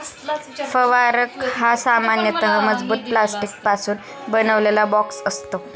फवारक हा सामान्यतः मजबूत प्लास्टिकपासून बनवलेला बॉक्स असतो